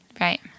Right